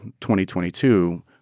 2022